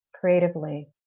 creatively